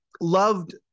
Loved